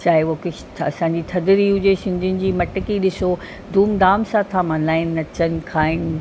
चाहे हो क्रिश असांजी थधिड़ी हुजे सिंधियुनि जी मटिकी ॾिसो धूमधाम सां था मल्हाइनि नचनि खाइनि